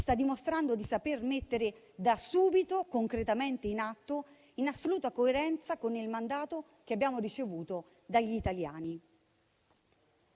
sta dimostrando di saper mettere da subito concretamente in atto, in assoluta coerenza con il mandato ricevuto dagli italiani.